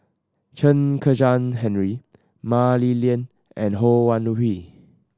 Chen Kezhan Henri Mah Li Lian and Ho Wan Hui